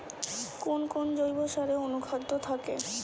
কোন কোন জৈব সারে অনুখাদ্য থাকে?